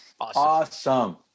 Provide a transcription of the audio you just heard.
Awesome